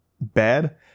bad